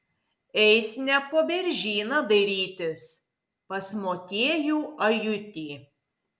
eis ne po beržyną dairytis pas motiejų ajutį